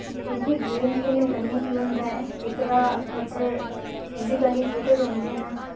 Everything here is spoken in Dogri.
क्यूंकि गेम खेलने कन्नै केह् होंदा ऐ इक तां बच्चे फिजिकली फिट रौंह्नदे न